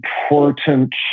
important